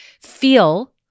feel